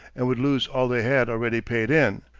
and would lose all they had already paid in.